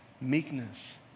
meekness